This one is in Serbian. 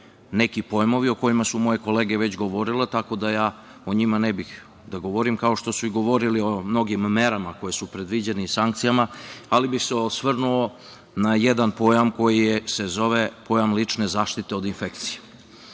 neki pojmovi, o kojima su moje kolege već govorile, tako da ja o njima ne bih da govorim, kao što su i govorili o mnogim merama koje su predviđene i sankcijama, ali bih se osvrnuo na jedan pojam koji se zove – pojam lične zaštite od infekcije.